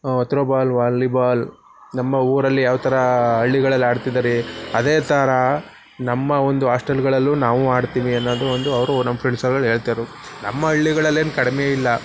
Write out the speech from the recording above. throw ball volleyball ನಮ್ಮ ಊರಲ್ಲಿ ಯಾವ ಥರ ಹಳ್ಳಿಗಳಲ್ಲಿ ಆಡ್ತಿದ್ದಾರೆ ಅದೇ ಥರ ನಮ್ಮ ಒಂದು ಆಸ್ಟೆಲ್ಗಳಲ್ಲೂ ನಾವೂ ಆಡ್ತೀವಿ ಅನ್ನೋದು ಒಂದು ಅವರು ನಮ್ಮ ಫ್ರೆಂಡ್ಸ್ ಹೇಳ್ತಾಯಿದ್ರು ನಮ್ಮ ಹಳ್ಳಿಗಳಲ್ಲೇನು ಕಡಿಮೆಯಿಲ್ಲ